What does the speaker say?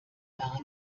gar